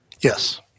Yes